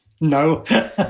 No